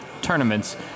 tournaments